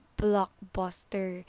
blockbuster